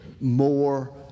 more